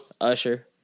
Usher